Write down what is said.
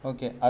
Okay